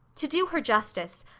to do her justice,